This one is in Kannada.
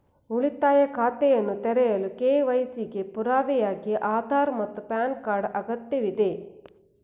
ಉಳಿತಾಯ ಖಾತೆಯನ್ನು ತೆರೆಯಲು ಕೆ.ವೈ.ಸಿ ಗೆ ಪುರಾವೆಯಾಗಿ ಆಧಾರ್ ಮತ್ತು ಪ್ಯಾನ್ ಕಾರ್ಡ್ ಅಗತ್ಯವಿದೆ